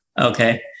Okay